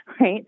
right